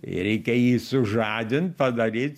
reikia jį sužadint padaryt